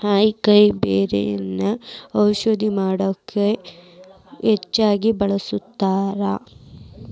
ಅಕೈಬೆರ್ರಿಯನ್ನಾ ಔಷಧ ಮಾಡಕ ಹೆಚ್ಚಾಗಿ ಬಳ್ಸತಾರ